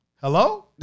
Hello